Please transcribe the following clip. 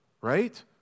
right